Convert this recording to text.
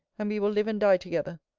and we will live and die together.